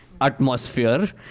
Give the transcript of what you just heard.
atmosphere